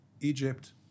Egypt